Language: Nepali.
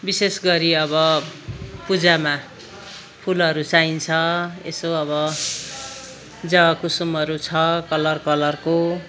विशेष गरी अब पूजामा फुलहरू चाहिन्छ यसो अब जवाकुसुमहरू छ कलर कलरको